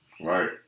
Right